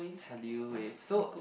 Hallyu-Wave so